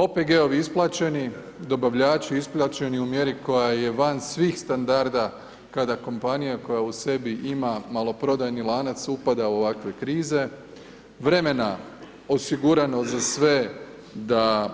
OPG-ovi isplaćeni, dobavljači isplaćeni u mjeri koja je van svih standarda kada kompanija koja u sebi ima maloprodajni lanac upada u ovakve krize, vremena osigurano za sve da